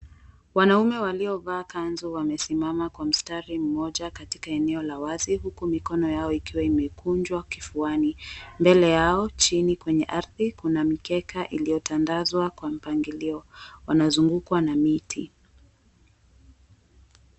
Wanaume waliovaa kanzu wamesimama kwa mstari, mmoja katika eneo la wazi huku mikono yao ikiwa imekunjwa kufuani. Mbele yao chini kwenye ardhi kuna mikeka iliyotandazwa kwa mpangilio, wanazungukwa na miti.